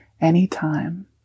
anytime